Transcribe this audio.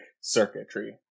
circuitry